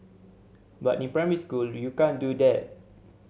but in primary school you can't do that